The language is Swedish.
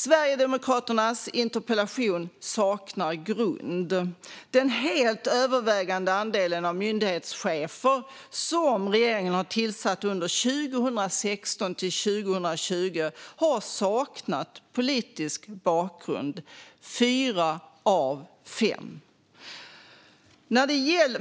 Sverigedemokraternas interpellation saknar grund. Den helt övervägande andelen myndighetschefer som regeringen har tillsatt under 2016-2020 har saknat politisk bakgrund. Det gäller fyra av fem.